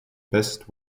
best